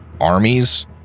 armies